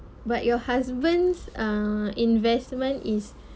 but your husband's uh investment is